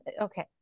Okay